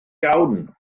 iawn